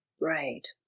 Right